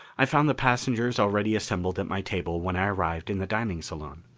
i found the passengers already assembled at my table when i arrived in the dining salon.